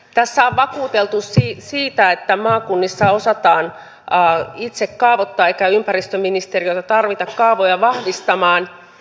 tässä on vakuuteltu sitä että maakunnissa osataan itse kaavoittaa eikä ympäristöministeriötä tarvita kaavoja vahvistamaan